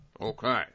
Okay